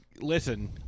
Listen